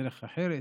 בדרך אחרת,